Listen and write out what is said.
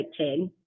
10